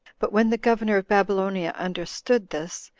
but when the governor of babylonia understood this,